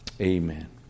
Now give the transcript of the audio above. Amen